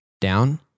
down